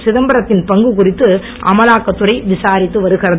சிதம்பரத்தின் பங்கு குறித்து அமலாக்கத்துறை விசாரித்து வருகிறது